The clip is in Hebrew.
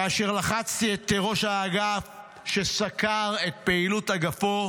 כאשר לחצתי את ראש האגף שסקר את פעילות אגפו,